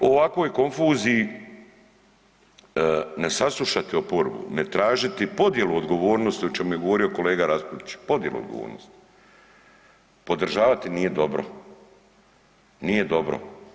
I u ovakvoj konfuziju ne saslušati oporbu, ne tražiti podjelu odgovornosti o čemu je govorio kolega raspudić, podjelu odgovornosti, podržavati nije dobro, nije dobro.